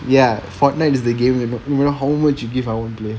ya fortnite is the game that no matter how much you give I won't play